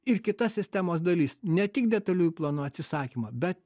ir kita sistemos dalis ne tik detaliųjų planų atsisakymą bet